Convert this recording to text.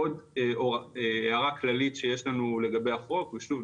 עוד הערה כללית שיש לנו לגבי החוק ושוב,